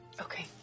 Okay